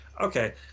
Okay